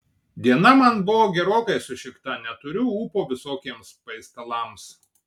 diena man buvo gerokai sušikta neturiu ūpo visokiems paistalams